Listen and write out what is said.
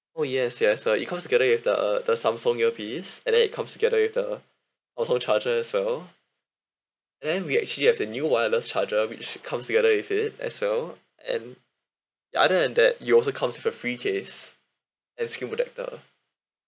oh yes yes uh it comes together with the uh the samsung earpiece and then it comes together with the also charger as well and then we actually have the new wireless charger which comes together with it as well and other than that it'll also comes for free case and screen protector